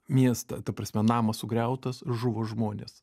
miestą ta prasme namas sugriautas žuvo žmonės